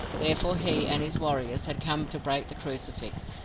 therefore he and his warriors had come to break the crucifix,